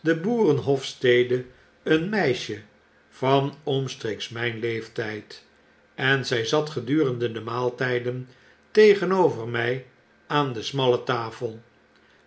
de boerenhofstede een meisje van omstreeks raijn leeftijd en ztj zat gedurende de maaltjjden tegenover mjj aan den smallen tafel